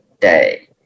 day